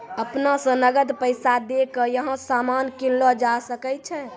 अपना स नकद पैसा दै क यहां सामान कीनलो जा सकय छै